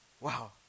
Wow